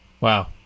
wow